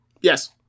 Yes